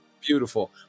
Beautiful